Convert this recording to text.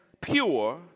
pure